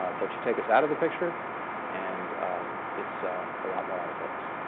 but you take us out of the picture and it's a lot more out of focus.